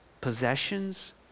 possessions